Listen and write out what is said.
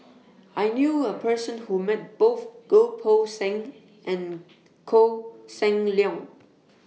I knew A Person Who Met Both Goh Poh Seng and Koh Seng Leong